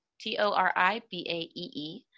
T-O-R-I-B-A-E-E